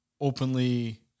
openly